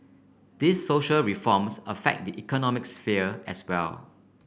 these social reforms affect the economic sphere as well